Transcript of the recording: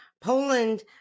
Poland